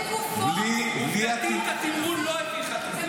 אבל תראה, הם לא הביאו חטופים.